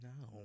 no